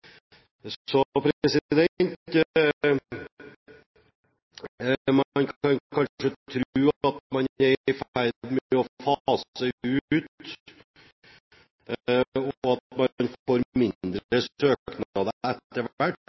så langt tilbake som i 2008. Så man kan kanskje tro at man er i ferd med å fase ut og at man får færre søknader etter